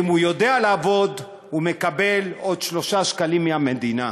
אם הוא יודע לעבוד הוא מקבל עוד 3 שקלים מהמדינה,